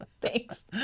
Thanks